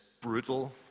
brutal